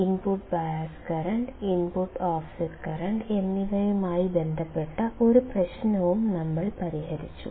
input bias current input offset current എന്നിവയുമായി ബന്ധപ്പെട്ട ഒരു പ്രശ്നവും നമ്മൾ പരിഹരിച്ചു